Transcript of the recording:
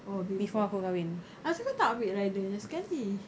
oh before asal kau tak ambil rider sekali